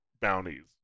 bounties